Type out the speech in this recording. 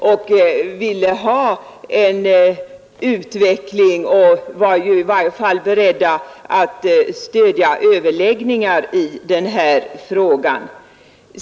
De såg hela problematiken och mänga var beredda att stödja överläggningar i den här frågan.